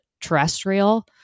terrestrial